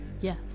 Yes